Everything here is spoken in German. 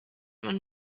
man